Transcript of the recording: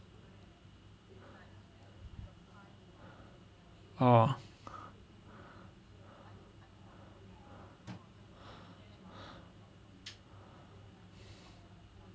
orh